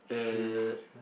she